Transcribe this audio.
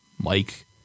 Mike